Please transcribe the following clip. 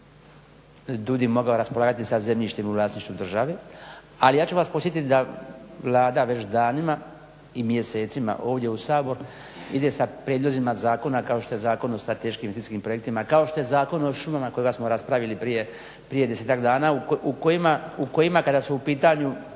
kako bi DUDI mogao raspolagati sa zemljištem u vlasništvu države. Ali ja ću vas podsjetiti da Vlada već danima i mjesecima ovdje u Sabor ide sa prijedlozima zakona kao što je Zakon o strateškim investicijskim projektima, kao što je Zakon o šumama kojega smo raspravili prije desetak dana u kojima kada su u pitanju